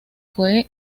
fue